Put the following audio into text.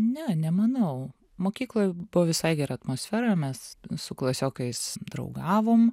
ne nemanau mokykloj buvo visai gera atmosfera ir mes su klasiokais draugavom